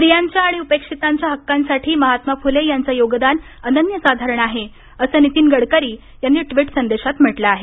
स्त्रियांच्या आणि उपेक्षितांच्या हक्कांसाठी महात्मा फुले यांचं योगदान अनन्य साधारण आहे असं नितीन गडकरी यांनी ट्विट संदेशात म्हटलं आहे